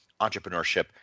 entrepreneurship